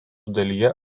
dalyje